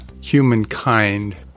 humankind